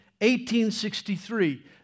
1863